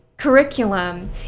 curriculum